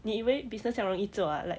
你以为 business 这样容易做啊 like